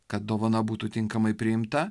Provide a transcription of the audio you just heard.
kad dovana būtų tinkamai priimta